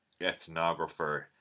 ethnographer